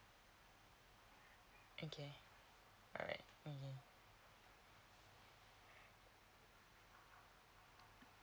okay alright okay